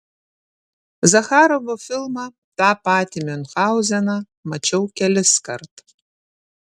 zacharovo filmą tą patį miunchauzeną mačiau keliskart